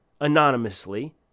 anonymously